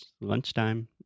Lunchtime